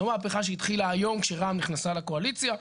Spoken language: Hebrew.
לא מהפכה שהתחילה היום כשרע"ם נכנסה לקואליציה,